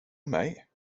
mig